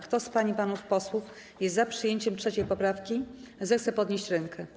Kto z pań i panów posłów jest za przyjęciem 3. poprawki, zechce podnieść rękę.